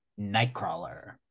Nightcrawler